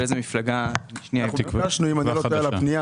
אם אני לא טועה,